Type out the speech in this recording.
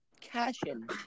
cash-in